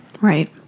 right